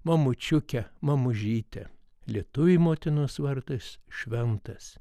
mamučiuke mamužyte lietuviui motinos vardas šventas